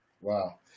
Wow